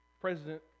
President